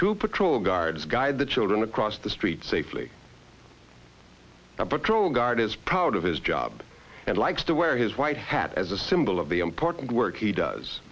to patrol guards guide the children across the street safely the patrol guard is proud of his job and likes to wear his white hat as a symbol of the important work he does